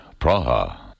Praha